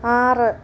ആറ്